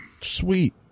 Sweet